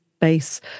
base